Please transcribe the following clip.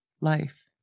life